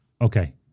Okay